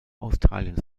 australiens